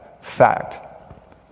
Fact